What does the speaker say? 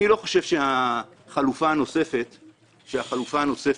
אני לא חושב שהחלופה הנוספת עומדת,